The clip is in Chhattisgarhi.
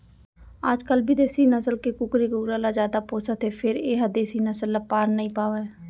आजकाल बिदेसी नसल के कुकरी कुकरा ल जादा पोसत हें फेर ए ह देसी नसल ल पार नइ पावय